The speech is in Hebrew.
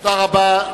תודה רבה.